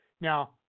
Now